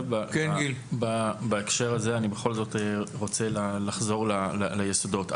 בהקשר הזה אני בכל זאת רוצה לחזור ליסודות.